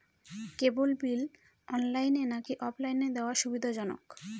কেবল bill অনলাইনে নাকি অফলাইনে দেওয়া সুবিধাজনক?